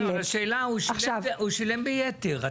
הוא שילם ביתר.